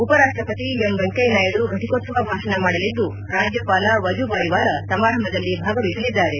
ಉಪರಾಷ್ಷಪತಿ ಎಂ ವೆಂಕಯ್ನ ನಾಯ್ನು ಫಟಿಕೋತ್ಸವ ಭಾಷಣ ಮಾಡಲಿದ್ದು ರಾಜ್ಞಪಾಲ ವಜೂಬಾಯಿ ವಾಲಾ ಸಮಾರಂಭದಲ್ಲಿ ಭಾಗವಹಿಸಲಿದ್ದಾರೆ